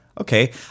okay